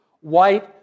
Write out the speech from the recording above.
white